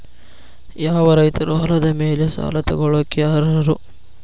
ಯಾವ ರೈತರು ಹೊಲದ ಮೇಲೆ ಸಾಲ ತಗೊಳ್ಳೋಕೆ ಅರ್ಹರು?